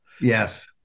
Yes